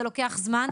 זה לוקח זמן,